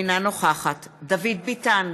אינה נוכחת דוד ביטן,